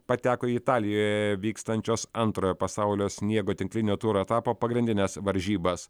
pateko į italijoje vykstančios antrojo pasaulio sniego tinklinio turo etapo pagrindines varžybas